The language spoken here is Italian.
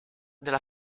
della